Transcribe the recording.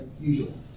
usual